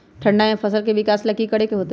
ठंडा में फसल के विकास ला की करे के होतै?